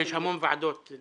יש ועדות רבות.